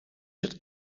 het